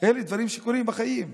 אלה דברים שקורים בחיים.